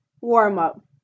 Warm-up